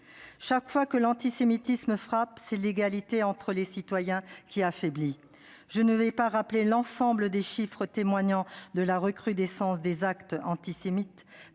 Chaque fois que l'antisémitisme frappe, c'est l'égalité entre les citoyens qui est affaiblie. Je ne rappellerai pas l'ensemble des chiffres témoignant de la recrudescence des actes antisémites